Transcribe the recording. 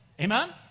Amen